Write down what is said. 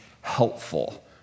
helpful